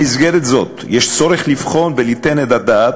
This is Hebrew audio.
במסגרת זאת יש צורך לבחון וליתן את הדעת,